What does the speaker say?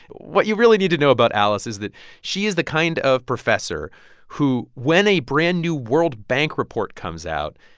what you really need to know about alice is that she is the kind of professor who, when a brand-new world bank report comes out,